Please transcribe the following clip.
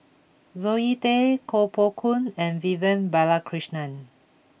Zoe Tay Koh Poh Koon and Vivian Balakrishnan